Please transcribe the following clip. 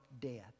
death